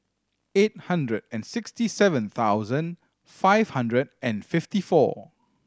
eight hundred and sixty seven thousand five hundred and fifty four